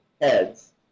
heads